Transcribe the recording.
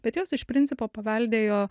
bet jos iš principo paveldėjo